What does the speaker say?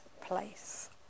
place